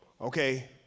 okay